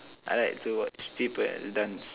I like to watch people dance